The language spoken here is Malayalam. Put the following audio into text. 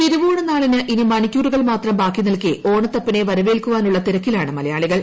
തിരുവോണ നാളിന് ഇനി മണിക്കൂര്യുക്ൾ മാത്രം ബാക്കിനിൽക്കെ ഓണത്തപ്പനെ വരവേൽക്കുവ്യാന്ുള്ള തിരക്കിലാണ് മലയാളികൾ